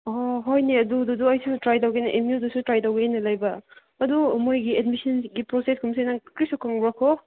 ꯑꯣ ꯍꯣꯏꯅꯦ ꯑꯗꯨꯗꯣ ꯑꯩꯁꯨ ꯇ꯭ꯔꯥꯏ ꯇꯧꯒꯦ ꯑꯦꯝ ꯎꯗꯁꯨ ꯇ꯭ꯔꯥꯏ ꯇꯧꯒꯦꯅ ꯂꯩꯕ ꯑꯗꯨ ꯃꯣꯏꯒꯤ ꯃꯦꯗꯃꯤꯁꯟꯒꯤ ꯄ꯭ꯔꯣꯁꯦꯁ ꯀꯨꯝꯕꯁꯦ ꯅꯪ ꯀꯔꯤꯁꯨ ꯈꯪꯕ꯭ꯔꯥꯀꯣ